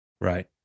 right